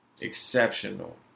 exceptional